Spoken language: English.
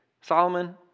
Solomon